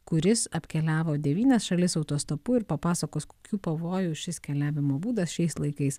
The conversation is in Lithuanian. kuris apkeliavo devynias šalis autostopu ir papasakos kokių pavojų šis keliavimo būdas šiais laikais